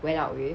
went out with